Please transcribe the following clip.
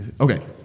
Okay